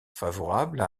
favorables